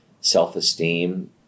self-esteem